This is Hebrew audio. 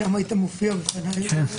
שם היית מופיע בפניי.